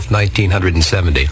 1970